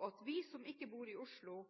og at vi som ikke bor i Oslo,